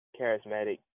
charismatic